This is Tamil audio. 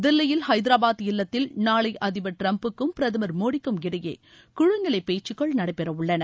தில்லியில் ஐதரபாத் இல்லத்தில் நாளை அதிபர் டிரம்புக்கும் பிரதமர் மோடிக்கும் இடையே குழு நிலை பேச்சுக்கள் நடைபெறவுள்ளன